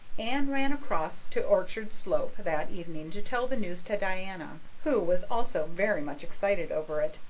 anne ran across to orchard slope that evening to tell the news to diana, who was also very much excited over it,